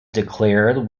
declared